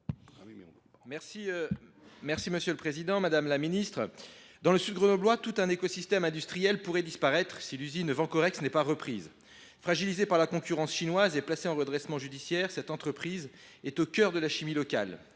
Monsieur le président, madame la ministre, dans le Sud Grenoblois, tout un écosystème industriel pourrait disparaître si l’usine Vencorex n’était pas reprise. Fragilisée par la concurrence chinoise et placée en redressement judiciaire, cette entreprise est au cœur de la chimie locale.